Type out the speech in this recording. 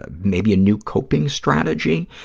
ah maybe a new coping strategy,